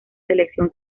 selección